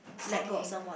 okay